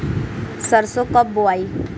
सरसो कब बोआई?